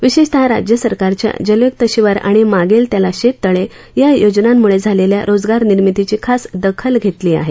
विशेषत राज्य सरकारच्या जलयुक्त शिवार आणि मागेल त्याला शेततळे या योजनांमुळे झालेल्या रोजगार निर्मितीची खास दखल घेतली आहे